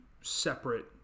separate